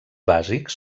bàsics